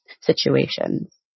situations